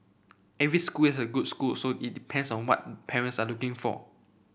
every school is a good school so it depends on what parents are looking for